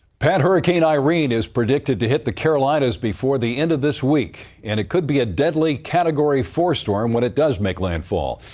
pat, hurricane irene is predicted to hit the carolinas before the end of this week, and it could be a deadly category four storm when it does make landfall.